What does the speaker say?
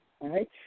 right